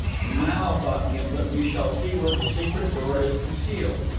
now, thought gimblet, we shall see where the secret door is concealed.